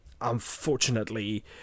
unfortunately